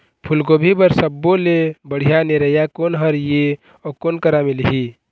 फूलगोभी बर सब्बो ले बढ़िया निरैया कोन हर ये अउ कोन करा मिलही?